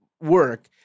work